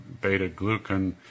beta-glucan